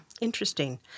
Interesting